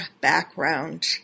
background